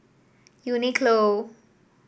Uniqlo